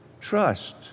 trust